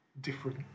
different